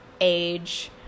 age